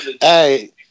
hey